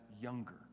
younger